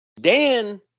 Dan